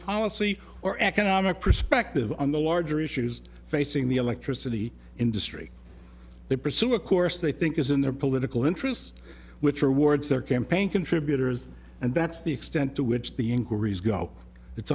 policy or economic perspective on the larger issues facing the electricity industry they pursue a course they think is in their political interests which are wards their campaign contributors and that's the extent to which the inquiries go it's